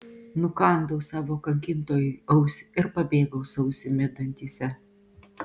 nukandau savo kankintojui ausį ir pabėgau su ausimi dantyse